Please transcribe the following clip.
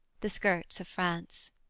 the skirts of france.